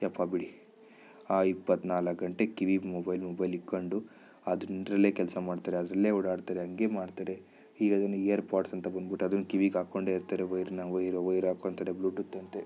ಅಪ್ಪಾ ಬಿಡಿ ಆ ಇಪ್ಪತ್ನಾಲ್ಕು ಗಂಟೆ ಕಿವಿ ಮೊಬೈಲ್ ಮೊಬೈಲ್ ಇಕ್ಕೊಂಡು ಅದ್ರಿಂದಲೇ ಕೆಲಸ ಮಾಡ್ತಾರೆ ಅದರಲ್ಲೇ ಓಡಾಡ್ತಾರೆ ಹಂಗೆ ಮಾಡ್ತಾರೆ ಈಗ ಅದೇನು ಇಯರ್ ಪಾಡ್ಸ್ ಅಂತ ಬಂದ್ಬಿಟ್ಟು ಅದನ್ನು ಕಿವಿಗೆ ಹಾಕ್ಕೊಂಡೇ ಇರ್ತಾರೆ ವೈರ್ನ ವೈರ್ ವೈರ್ ಹಾಕೊಳ್ತಾರೆ ಬ್ಲೂ ಟೂತ್ ಅಂತೆ